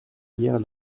hier